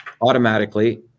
automatically